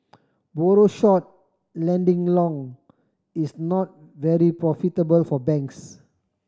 borrow short lending long is not very profitable for banks